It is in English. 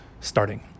starting